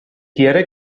quiere